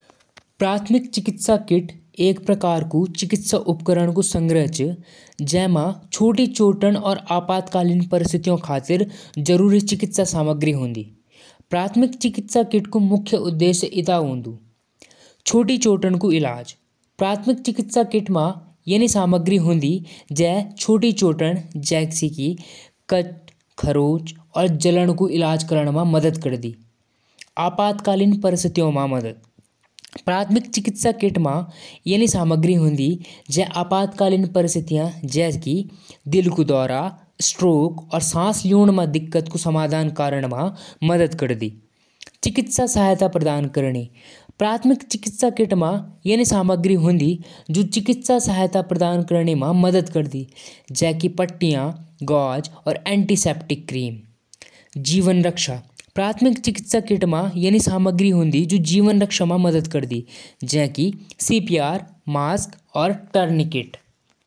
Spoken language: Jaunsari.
जीन्स क छोटी जेब घड़ी रखण क लिए डिज़ाइन होलु। पुराना जमाना म जेब घड़ी पॉकेट वॉच राखण क रिवाज होलु। आजकल यो सिक्का, चाबी या छोटे सामान क लिए इस्तेमाल होलु।